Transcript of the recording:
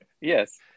Yes